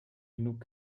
genug